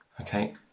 Okay